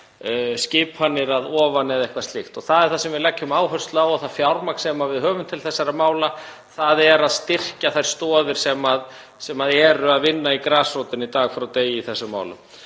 skipanir að ofan eða eitthvað slíkt. Það er það sem við leggjum áherslu á og það fjármagn sem við höfum til þessara mála fer í að styrkja þær stoðir sem eru að vinna í grasrótinni dag frá degi í þessum málum.